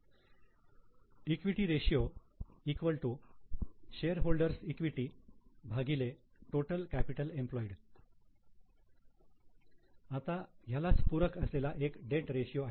shareholders equity shareholders' equity equity ratio total capital employed आता ह्यालाच पूरक असलेला एक डेट रेशियो आहे